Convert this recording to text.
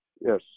Yes